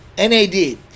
NAD